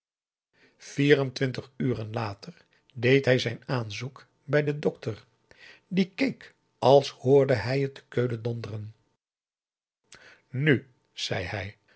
vier en twintig uren later deed hij zijn aanzoek bij den dokter die keek als hoorde hij het te keulen donderen nu zei hij